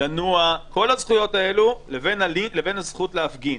לנוע, כל הזכויות האלו לבין הזכות להפגין.